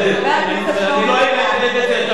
חבר הכנסת שלמה מולה.